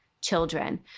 children